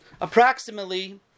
approximately